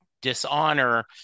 dishonor